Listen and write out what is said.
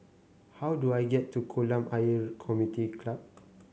how do I get to Kolam Ayer Community Club